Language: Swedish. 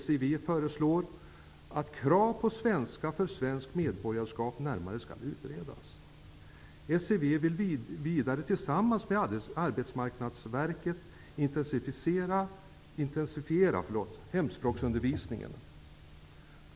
SIV föreslår att krav på svenska för svenskt medborgarskap närmare skall utredas. SIV vill vidare tillsammans med Arbetsmarknadsverket intensifiera svenskspråksundervisningen.